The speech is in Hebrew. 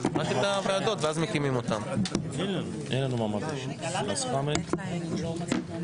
שיתחיל להעביר את השמות לנועה,